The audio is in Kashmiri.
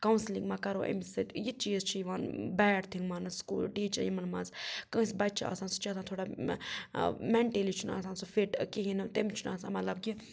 کاوسِلِنٛگ ما کَرو أمِس سۭتۍ یہِ چیٖز چھِ یِوان بیڈ تھِںٛگ ماننہٕ سکوٗل ٹیٖچَر یِمَن منٛز کٲنٛسہِ بَچہِ چھِ آسان سُہ چھِ آسان تھوڑا مٮ۪نٹٔلی چھُنہٕ آسان سُہ فِٹ کِہیٖنۍ نہٕ تٔمِس چھُنہٕ آسان مطلب کہِ